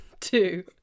two